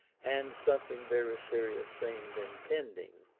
and something very serious seemed impending.